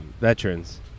veterans